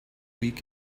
week